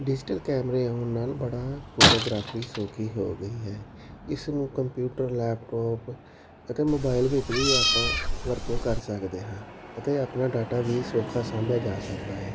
digital ਕੈਮਰੇ ਆਉਣ ਨਾਲ ਬੜਾ ਫੋਟੋਗ੍ਰਾਫਰੀ ਸੌਖੀ ਹੋ ਗਈ ਹੈ ਇਸ ਨੂੰ ਕੰਪਿਊਟਰ ਲੈਪਟੋਪ ਅਤੇ ਮੋਬਾਇਲ ਵਿੱਚ ਵੀ ਆਪਾਂ ਵਰਤੋਂ ਕਰ ਸਕਦੇ ਹਾਂ ਅਤੇ ਆਪਣਾ ਡਾਟਾ ਵੀ ਸੌਖਾ ਸਾਂਭਿਆ ਜਾ ਸਕਦਾ ਹੈ